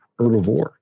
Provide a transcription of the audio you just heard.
herbivore